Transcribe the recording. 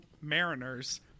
Mariners